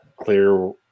clear